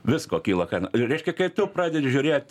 visko kyla kaina reiškia kai tu pradedi žiūrėt